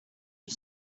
you